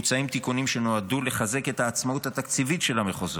מוצעים תיקונים שנועדו לחזק את העצמאות התקציבית של המחוזות,